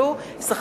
לעשות זאת,